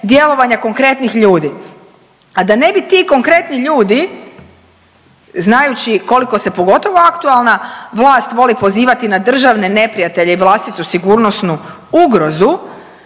konkretnih ljudi, a da ne bi ti konkretni ljudi, znajući, koliko se, pogotovo aktualna vlast voli pozivati na državne neprijatelje i vlastitu sigurnosnu ugrozu